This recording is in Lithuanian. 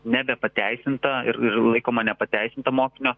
nebe pateisinta ir ir laikoma nepateisinta mokinio